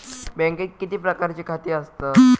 बँकेत किती प्रकारची खाती आसतात?